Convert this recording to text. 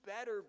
better